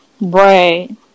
right